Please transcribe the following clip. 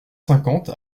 cinquante